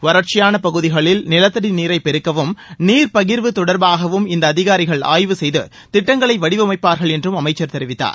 வறட்சியான பகுதிகளில் நிலத்தடி நீரை பெருக்கவும் நீர் பகிர்வு தொடர்பாகவும் இந்த அதிகாரிகள் ஆய்வு செய்து திட்டங்களை வடிவமைப்பார்கள் என்றும் அமைச்சர் தெரிவித்தார்